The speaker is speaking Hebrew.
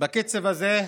בקצב הזה,